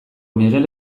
miguel